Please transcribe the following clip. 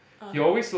(uh huh)